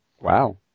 Wow